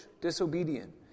disobedient